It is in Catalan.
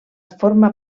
forma